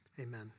Amen